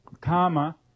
karma